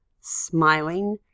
smiling